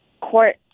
court